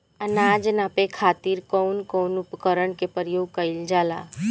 अनाज नापे खातीर कउन कउन उपकरण के प्रयोग कइल जाला?